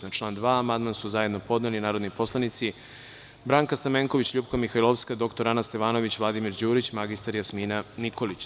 Na član 2. amandman su zajedno podneli narodni poslanici Branka Stamenković, LJupka Mihajlovska, dr Ana Stevanović, Vladimir Đurić i mr Jasmina Nikolić.